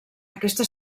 aquesta